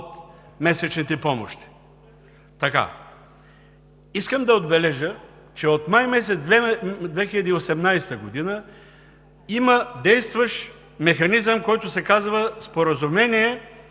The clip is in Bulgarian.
месечните помощи. Искам да отбележа, че от май месец 2018 г. има действащ механизъм, който се казва Споразумение